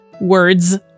words